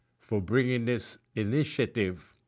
for bringing this initiative